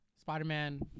Spider-Man